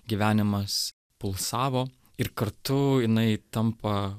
gyvenimas pulsavo ir kartu jinai tampa